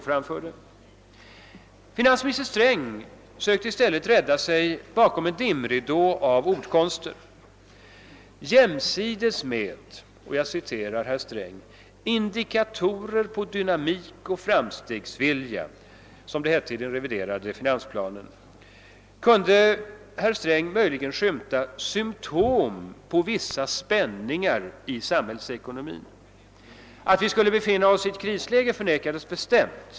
Finansminister Sträng sökte rädda sig bakom en dimridå av ordkonster. Jämsides med >indikatorer på dynamik och framstegsvilja», som det hette i den reviderade finansplanen, kunde herr Sträng möjligen skymta »symtom på vissa spänningar i samhällsekonomin». Att vi skulle befinna oss i ett krisläge förnekades bestämt.